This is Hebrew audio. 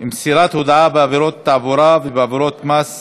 מסירת הודעה בעבירות תעבורה ובעבירות קנס